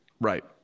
Right